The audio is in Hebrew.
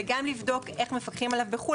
וגם לבדוק איך מפקחים עליו בחו"ל,